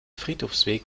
friedhofsweg